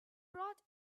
brought